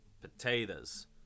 potatoes